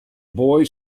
boy